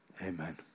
Amen